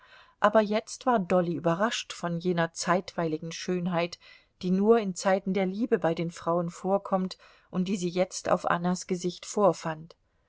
aber jetzt war dolly überrascht von jener zeitweiligen schönheit die nur in zeiten der liebe bei den frauen vorkommt und die sie jetzt auf annas gesicht vorfand